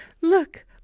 look